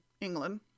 England